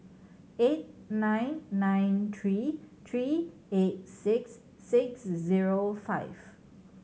eight nine nine three three eight six six zero five